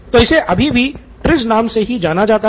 तो इसे अभी भी TRIZ नाम से ही जाना जाता है